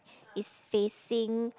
is facing